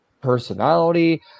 personality